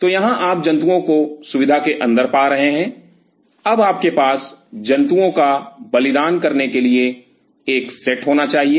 तो यहाँ आप जंतुओं को सुविधा के अंदर पा रहे हैं अब आपके पास जंतुओं का बलिदान करने के लिए एक सेट होना चाहिए